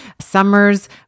summers